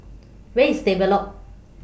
Where IS Stable Loop